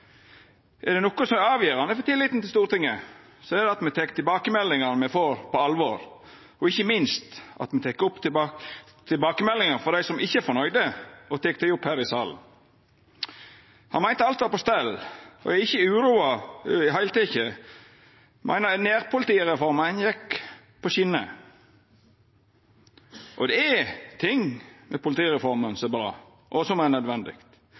Er det noko som er avgjerande for tilliten til Stortinget, er det at me tek tilbakemeldingane me får, på alvor, og ikkje minst at me tek imot tilbakemeldingane frå dei som ikkje er fornøgde, og tek dei opp her i salen. Han meinte at alt var på stell og var ikkje i det heile teke uroa. Han meinte at nærpolitireforma går på skinner. Det er noko med politireforma som er bra og nødvendig, men det er